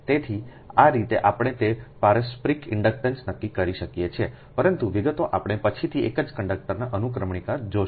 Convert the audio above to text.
તેથી આ રીતે આપણે તે પારસ્પરિક ઇન્ડક્ટન્સ નક્કી કરી શકીએ છીએ પરંતુ વિગતો આપણે પછીથી એક જ કંડક્ટરના અનુક્રમણિકા જોશું